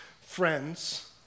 friends